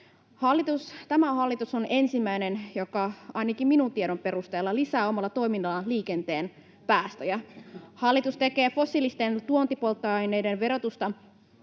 Tämä hallitus on ensimmäinen, joka ainakin minun tiedon perusteella lisää omalla toiminnallaan liikenteen päästöjä. Hallitus laskee fossiilisten tuontipolttoaineiden verotusta